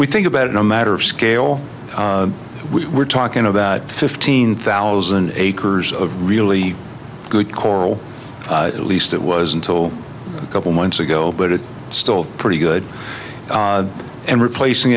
we think about it no matter of scale we were talking about fifteen thousand acres of really good coral at least it was until a couple months ago but it's still pretty good and replacing